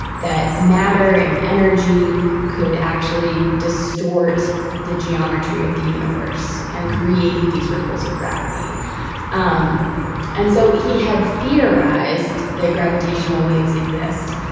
that matter and energy could actually distort the geometry of the universe, and create these ripples of gravity um and so, he had theorized that gravitational waves exist,